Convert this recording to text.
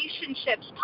relationships